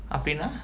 அப்டினா:apdinaa